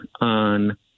on